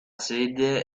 sede